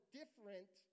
different